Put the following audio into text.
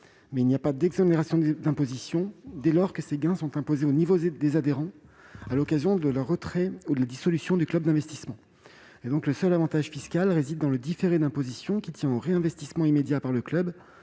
l'imposition, nulle exonération d'imposition ne s'applique, dès lors que ces gains sont imposés au niveau des adhérents à l'occasion de leur retrait ou de la dissolution du club d'investissement. Le seul avantage réside dans le différé d'imposition, qui tient au réinvestissement immédiat par le club